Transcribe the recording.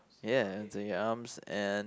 yeah Into Your Arms and